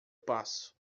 passo